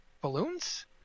balloons